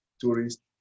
tourists